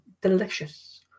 delicious